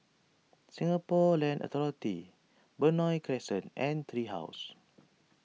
Singapore Land Authority Benoi Crescent and Tree House